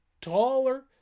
taller